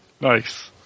Nice